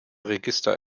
register